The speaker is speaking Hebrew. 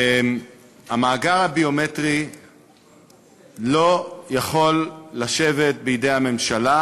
המאגר הביומטרי לא יכול לשבת בידי הממשלה